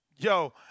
Yo